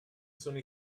sono